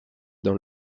dans